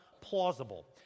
plausible